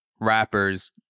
rappers